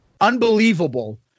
unbelievable